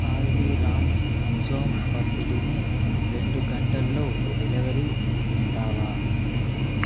హల్దీరామ్స్ సోమ్ పాపిడిని రెండు గంటల్లో డెలివరీ ఇస్తావా